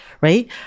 Right